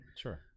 Sure